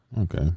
Okay